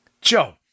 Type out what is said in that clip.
Joe